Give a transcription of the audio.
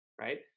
right